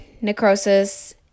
necrosis